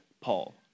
Paul